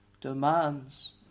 demands